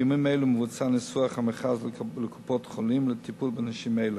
בימים אלה מבוצע ניסוח המכרז לקופות-החולים לטיפול בנשים אלה.